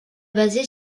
basé